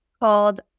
called